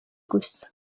gusa